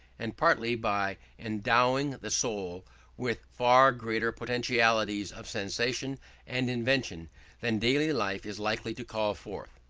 and partly by endowing the soul with far greater potentialities of sensation and invention than daily life is likely to call forth.